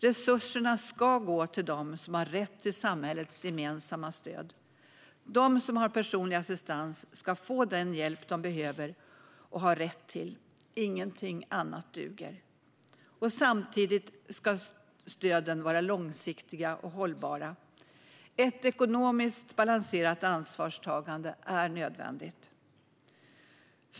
Resurserna ska gå till dem som har rätt till samhällets gemensamma stöd. De som har personlig assistans ska få den hjälp de behöver och har rätt till. Ingenting annat duger. Samtidigt ska stöden vara långsiktiga och hållbara. Ett ekonomiskt balanserat ansvarstagande är nödvändigt.